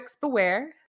beware